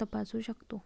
तपासू शकतो